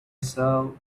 saw